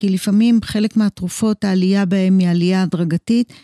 כי לפעמים חלק מהתרופות העלייה בהם היא עלייה הדרגתית.